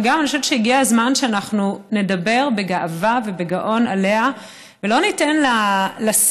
וגם אני חושבת שהגיע הזמן שאנחנו נדבר בגאווה ובגאון עליה ולא ניתן לשיח